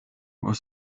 was